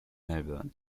melbourne